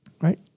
right